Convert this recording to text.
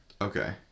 okay